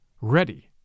ready